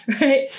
right